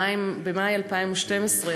במאי 2012,